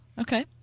Okay